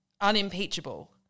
unimpeachable